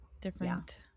different